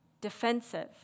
defensive